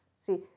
See